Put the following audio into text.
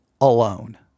alone